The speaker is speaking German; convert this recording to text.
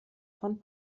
von